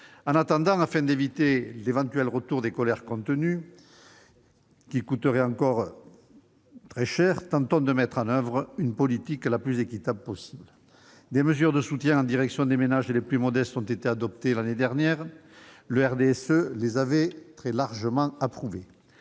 En attendant, afin d'éviter l'éventuel retour de colères contenues, qui coûterait encore très cher, tentons de mettre en oeuvre la politique la plus équitable possible. Des mesures de soutien en direction des ménages les plus modestes ont été adoptées l'année dernière ; le RDSE les avait très largement approuvées.